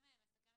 משרד